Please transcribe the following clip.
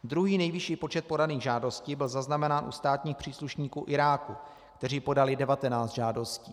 Druhý nejvyšší počet podaných žádostí byl zaznamenán u státních příslušníků Iráku, kteří podali 19 žádostí.